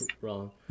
wrong